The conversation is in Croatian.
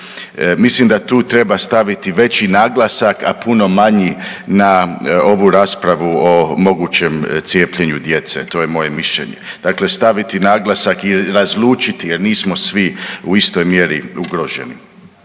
Mislim da tu treba staviti veći naglasak, a puno manji na ovu raspravu o mogućem cijepljenju djece. To je moje mišljenje. Dakle, staviti naglasak i razlučiti jer nismo svi u istoj mjeri ugroženi.